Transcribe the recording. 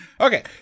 Okay